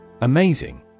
Amazing